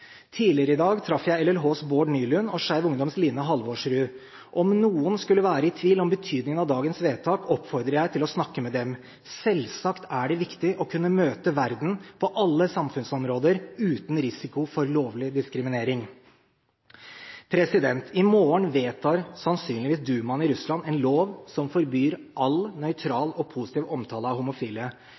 Tidligere i dag traff jeg LLHs Bård Nylund og Skeiv Ungdoms Line Halvorsrud. Om noen skulle være i tvil om betydningen av dagens vedtak, oppfordrer jeg til å snakke med dem. Selvsagt er det viktig å kunne møte verden, på alle samfunnsområder, uten risiko for lovlig diskriminering. I morgen vedtar sannsynligvis Dumaen i Russland en lov som forbyr all nøytral og positiv omtale av homofile.